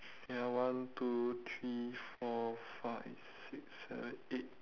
ya one two three four five six seven eight